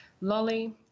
Lolly